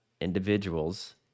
individuals